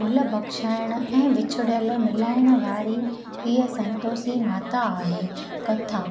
भुल बख़्शाइण ऐं विछड़ियल मिलाइण वारी इहा संतोषी माता आहे कथा